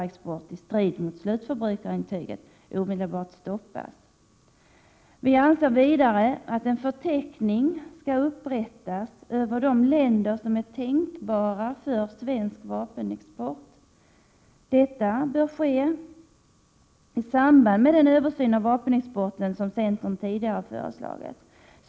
1987/88:92 port i strid mot slutförbrukarintyget omedelbart stoppas.” 25 mars 1988 Vi anser vidare att en förteckning skall upprättas över de länder som är tänkbara för svensk vapenexport. Detta bör ske i samband med den översyn av vapenexporten som centern tidigare föreslagit.